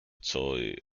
joy